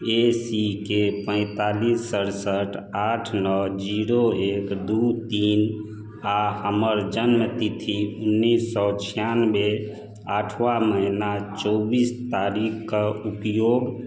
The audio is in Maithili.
ए सी के पैतालिस सड़सठ आठ नओ जीरो एक दू तीन आ हमर जन्म तिथि उन्नैस स छियानबे आठबा महिना चौबीस तारीख कऽ उपयोग